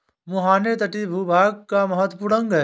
मुहाने तटीय भूभाग का महत्वपूर्ण अंग है